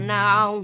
now